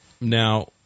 Now